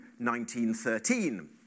1913